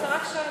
זאת רק שאלה.